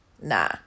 nah